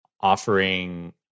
offering